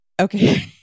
okay